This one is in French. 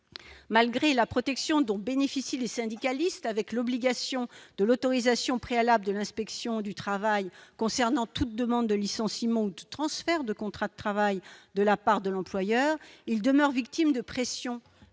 malgré la protection dont bénéficient les syndicalistes avec l'obligation de l'autorisation préalable de l'inspection du travail concernant toute demande de licenciement ou de transfert de contrat de travail, de la part de l'employeur, il demeure victime de pression